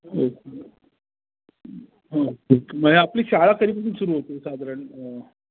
okay okay नाही आपली शाळा कधीपासून सुरु होत आहे साधारण